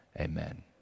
amen